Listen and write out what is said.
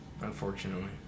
Unfortunately